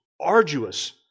arduous